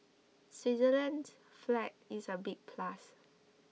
Switzerland's flag is a big plus